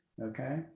okay